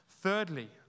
Thirdly